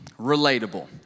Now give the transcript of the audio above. relatable